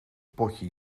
potje